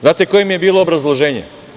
Znate li koje im je bilo obrazloženje?